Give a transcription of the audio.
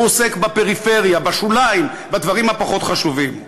הוא עוסק בפריפריה, בשוליים, בדברים הפחות-חשובים.